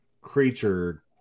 creature